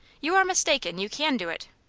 you are mistaken you can do it.